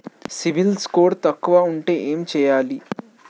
CIBIL score తక్కువ ఉంటే ఏం చేయాలి?